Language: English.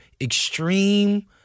extreme